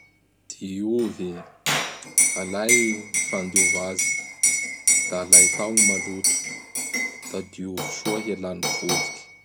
Diovy! Alay gny fandiova azy; da alay tao gny maloto. Da diovy soa hialan'ny vovoky.